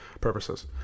purposes